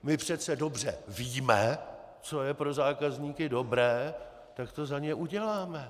My přece dobře víme, co je pro zákazníky dobré, tak to za ně uděláme!